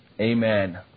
Amen